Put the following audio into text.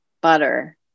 butter